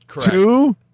Two